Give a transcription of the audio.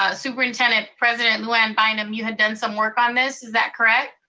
ah superintendent-president lou anne bynum, you had done some work on this. is that correct?